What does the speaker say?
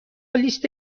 لیست